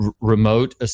remote